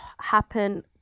happen